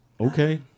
Okay